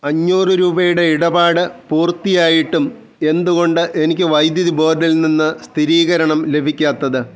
അഞ്ഞൂറ് രൂപയുടെ ഇടപാട് പൂർത്തിയായിട്ടും എന്തുകൊണ്ട് എനിക്ക് വൈദ്യുതി ബോർഡിൽ നിന്ന് സ്ഥിരീകരണം ലഭിക്കാത്തത്